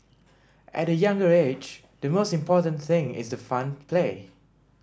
at the younger age the most important thing is the fun play